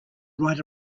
write